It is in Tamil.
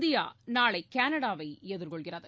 இந்தியா நாளை கனடாவை எதிர்கொள்கிறது